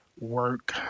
work